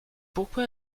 pourquoi